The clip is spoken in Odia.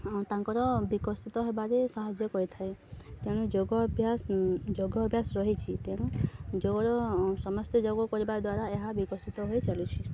ଆଉ ତାଙ୍କର ବିକଶିତ ହେବାରେ ସାହାଯ୍ୟ କରିଥାଏ ତେଣୁ ଯୋଗ ଅଭ୍ୟାସ ଯୋଗ ଅଭ୍ୟାସ ରହିଛି ତେଣୁ ଯୋଗର ସମସ୍ତେ ଯୋଗ କରିବା ଦ୍ୱାରା ଏହା ବିକଶିତ ହୋଇ ଚାଲୁଛି